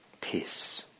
peace